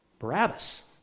Barabbas